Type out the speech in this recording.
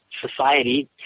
society